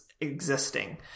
existing